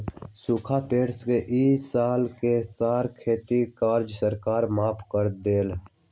सूखा पड़े से ई साल के सारा खेती के कर्जा सरकार माफ कर देलई